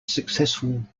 successful